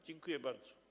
Dziękuję bardzo.